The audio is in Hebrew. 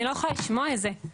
אני לא יכולה לשמוע את זה,